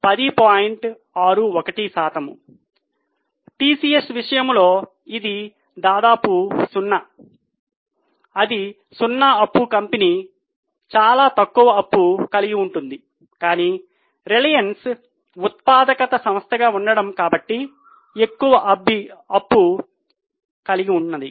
61 శాతం టిసిఎస్ విషయంలో ఇది దాదాపు సున్నా 0 అప్పు కంపెనీ చాలా తక్కువ అప్పుకలిగి ఉంటుంది కానీ రిలయన్స్ ఉత్పాదక సంస్థగా ఉండటం కాబట్టి ఎక్కువ అప్పు కలిగి ఉన్నది